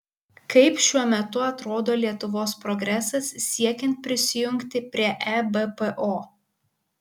kaip šiuo metu atrodo lietuvos progresas siekiant prisijungti prie ebpo